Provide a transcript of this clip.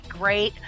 great